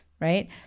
Right